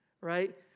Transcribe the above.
right